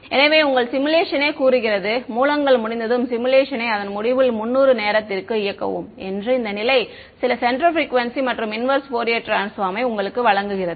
எனவே உங்கள் சிமுலேஷனே கூறுகிறது மூலங்கள் முடிந்ததும் சிமுலேஷனை அதன் முடிவில் 300 நேரத்திற்கு இயக்கவும் என்று இந்த நிலை சில சென்டர் ப்ரிக்குவேன்சி மற்றும் இன்வெர்ஸ் ஃபோரியர் ட்ரான்ஸ்பார்ம் யை உங்களுக்கு வழங்குகிறது